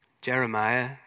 Jeremiah